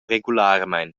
regularmein